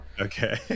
Okay